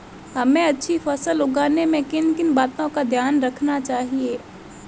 हमें अच्छी फसल उगाने में किन किन बातों का ध्यान रखना चाहिए?